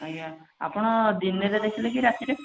ଆଜ୍ଞା ଆପଣ ଦିନରେ ଦେଖିଲେ କି ରାତିରେ